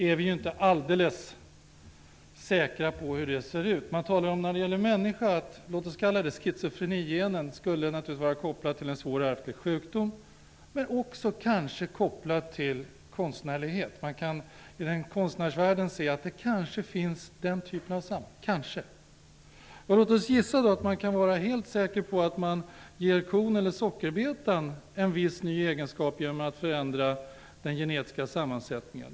Och vi är inte alldeles säkra på hur detta samband ser ut. När det gäller människor talar man om att schizofrenigenen naturligtvis är kopplad till en svår ärftlig sjukdom men också kanske till konstnärlighet. Man kan inom konstnärsvärlden se att det kanske finns den typen av samband. Låt oss gissa att man kan vara helt säker på att man ger kon eller sockerbetan en viss ny egenskap genom att förändra den genetiska sammansättningen.